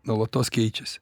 nuolatos keičiasi